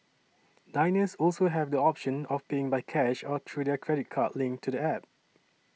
diners also have the option of paying by cash or through their credit card linked to the App